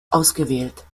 ausgewählt